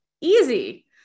easy